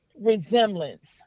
resemblance